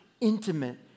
intimate